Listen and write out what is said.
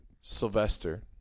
Sylvester